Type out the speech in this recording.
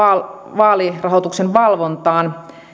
vaalirahoituksen valvontaan